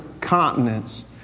continents